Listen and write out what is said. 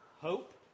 hope